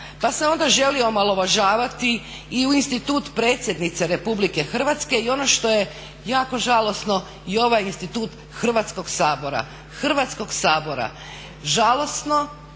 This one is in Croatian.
pa se onda želi omalovažavati i institut predsjednice RH i ono što je jako žalosno i ovaj institut Hrvatskog sabora žalosno, tužno